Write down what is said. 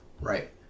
Right